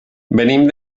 venim